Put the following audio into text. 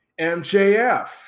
MJF